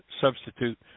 substitute